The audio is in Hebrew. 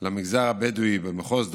למגזר הבדואי במחוז דרום: